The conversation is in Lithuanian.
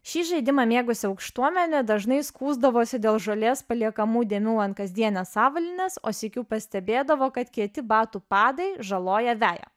šį žaidimą mėgusi aukštuomenė dažnai skųsdavosi dėl žolės paliekamų dėmių ant kasdienės avalynės o sykiu pastebėdavo kad kieti batų padai žaloja veją